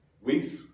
weeks